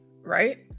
Right